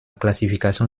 classification